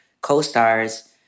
co-stars